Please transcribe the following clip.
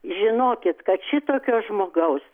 žinokit kad šitokio žmogaus